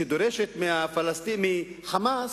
שדורשת מהפלסטינים, מ"חמאס",